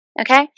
okay